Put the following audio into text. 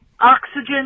Oxygen